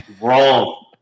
Wrong